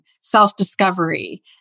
self-discovery